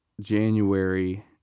January